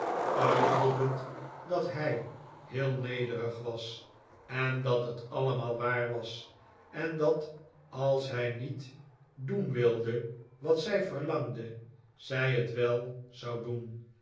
uitroepend dat hij heel nederig was en dat het allemaal waar was en dat als hij niet doen wilde wat wij verlangden zij het wel zou doen